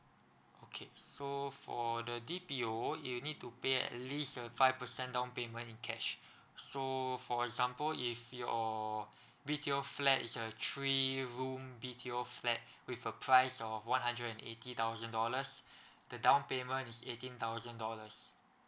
okay so for the B_T_O you need to pay at least twenty five percent down payment in cash so for example if your B_T_O flat is a three room B_T_O flat with a price of one hundred and eighty thousand dollars the down payment is eighteen thousand dollars